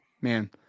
man